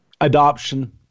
adoption